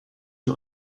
you